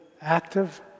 active